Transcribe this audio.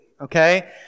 okay